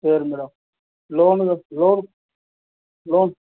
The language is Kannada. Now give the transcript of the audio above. ಸರಿ ಮೇಡಮ್ ಲೋನು ಲೋನ್ ಲೋನ್